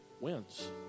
wins